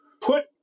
put